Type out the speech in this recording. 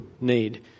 need